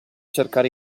cercare